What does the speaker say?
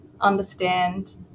understand